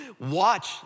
Watch